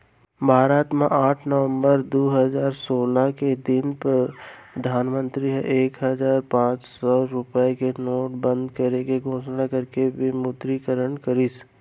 भारत म आठ नवंबर दू हजार सोलह के दिन परधानमंतरी ह एक हजार अउ पांच सौ रुपया के नोट बंद करे के घोसना करके विमुद्रीकरन करिस